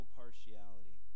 partiality